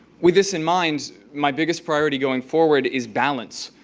with this in mind, my biggest priority going forward is balance.